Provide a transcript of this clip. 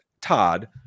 Todd